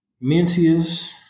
Mencius